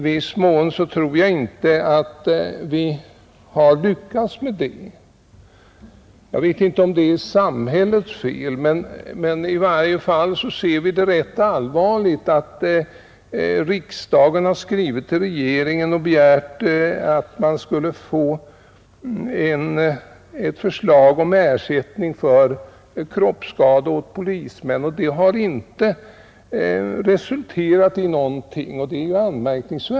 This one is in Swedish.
Jag tror att vi i viss mån inte har lyckats därvidlag. Jag vet inte om det är samhällets fel, men i varje fall anser vi det vara rätt anmärkningsvärt att riksdagen har skrivit till regeringen och begärt att man skulle få ett förslag om ersättning för kroppsskada å polisman men att detta inte har resulterat i någonting.